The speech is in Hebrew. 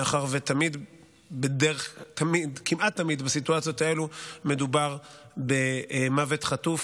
מאחר שכמעט תמיד בסיטואציות האלו מדובר במוות חטוף